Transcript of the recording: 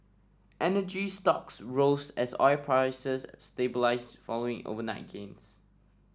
energy stocks rose as oil prices stabilised following overnight gains